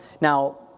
Now